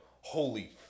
holy